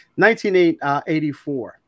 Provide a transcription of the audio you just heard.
1984